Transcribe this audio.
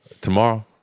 Tomorrow